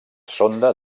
sonda